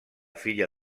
filla